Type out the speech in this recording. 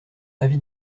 avis